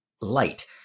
light